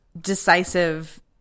decisive